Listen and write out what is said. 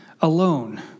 alone